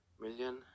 million